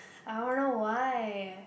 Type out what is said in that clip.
I don't know why